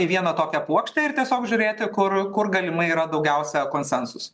į vieną tokią puokštę ir tiesiog žiūrėti kur kur galimai yra daugiausia konsensuso